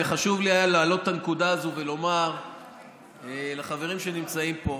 והיה חשוב לי להעלות את הנקודה הזאת ולומר לחברים שנמצאים פה: